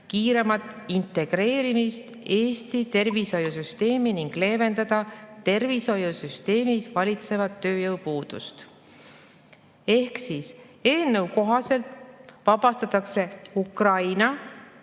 kiiremat integreerimist Eesti tervishoiusüsteemi ning leevendada tervishoiusüsteemis valitsevat tööjõupuudust [---]." Ehk eelnõu kohaselt vabastatakse ukraina